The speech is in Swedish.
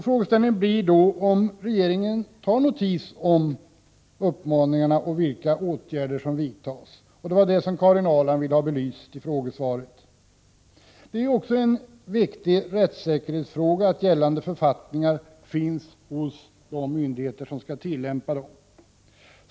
Frågan blir då om regeringen tar notis om uppmaningarna och överväger vilka åtgärder som skall vidtas. Det var detta som Karin Ahrland ville få belyst genom frågesvaret. Det är också en viktig rättssäkerhetsfråga att gällande författningar finns hos de myndigheter som skall tillämpa dem.